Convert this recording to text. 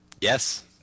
Yes